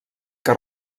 que